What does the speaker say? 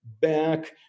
back